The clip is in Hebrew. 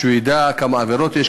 כדי שידע כמה עבירות יש,